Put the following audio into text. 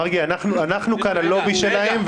מרגי, אנחנו כאן הלובי שלהם.